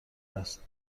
است